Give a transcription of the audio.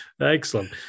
Excellent